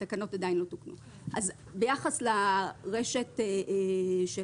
ביחס לרשת של